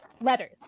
Letters